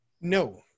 No